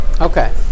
Okay